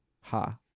ha